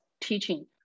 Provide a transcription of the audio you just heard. teaching